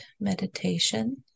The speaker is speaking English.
meditation